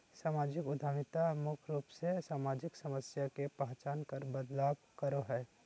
सामाजिक उद्यमिता मुख्य रूप से सामाजिक समस्या के पहचान कर बदलाव करो हय